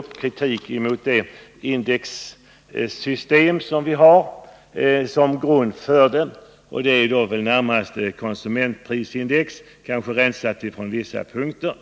också det indexsystem som vi har som grund för denna reglering — närmast konsumentprisindex, rensat från vissa inslag.